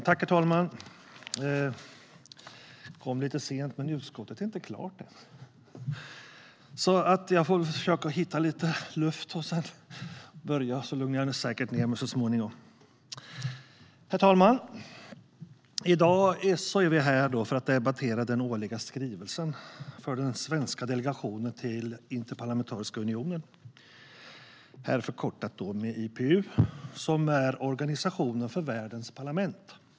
Herr talman! I dag ska vi debattera den årliga skrivelsen för den svenska delegationen till Interparlamentariska unionen, IPU, som är organisationen för världens parlament.